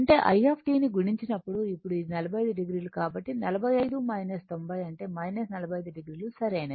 అంటే i ని గుణించినప్పుడు ఇక్కడ ఇది 45 o కాబట్టి 45 90 అంటే 45 o సరైనది